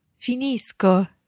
Finisco